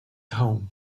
home